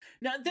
Now